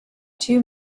two